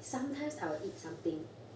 sometimes I will eat something